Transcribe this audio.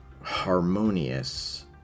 harmonious